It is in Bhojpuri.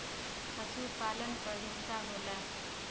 पसुपालन क हिस्सा होला